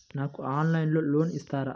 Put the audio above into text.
నాకు ఆన్లైన్లో లోన్ ఇస్తారా?